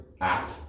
app